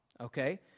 okay